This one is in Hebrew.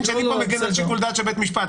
שאני פה מגן על שיקול דעת של בית משפט,